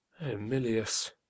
Emilius